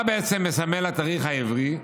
מה בעצם מסמל התאריך העברי?